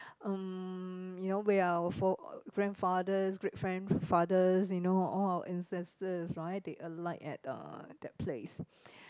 um you know where our fore~ grandfathers great friend fathers you know all our ancestor right they alight at uh that place